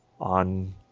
on